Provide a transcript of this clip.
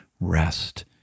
rest